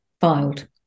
filed